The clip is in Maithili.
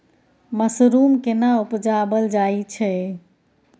मसरूम केना उबजाबल जाय छै?